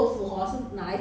I put in the fridge